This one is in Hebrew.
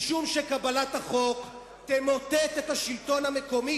משום שקבלת החוק תמוטט את השלטון המקומי,